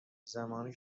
زمانی